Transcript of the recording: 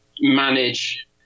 manage